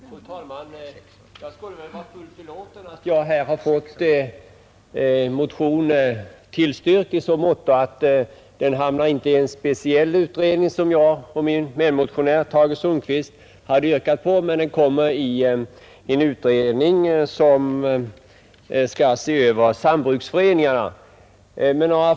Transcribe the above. Fru talman! Jag skulle väl kunna vara fullt belåten med att jag här har fått min motion tillstyrkt. Det kommer inte att tillsättas en speciell utredning som jag och min medmotionär Tage Sundkvist hade yrkat på men motionen kommer att överlämnas till en utredning som skall se över sambruksföreningarnas verksamhet.